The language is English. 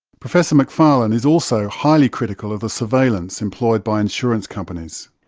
professor mcfarlane is also highly critical of the surveillance employed by insurance companies.